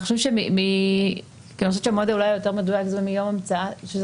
אני חושבת שמועד שהוא אולי יותר מדויק זה מיום המצאת פסק הדין,